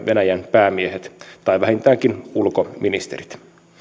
päämiehet tai vähintäänkin ulkoministerit